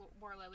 Warlow